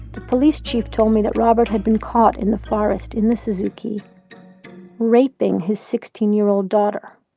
the police chief told me that robert had been caught in the forest, in the suzuki raping his sixteen year old daughter.